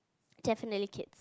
definitely kid